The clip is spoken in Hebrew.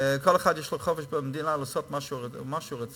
לכל אחד יש חופש במדינה לעשות מה שהוא רוצה,